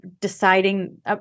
deciding